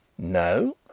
no.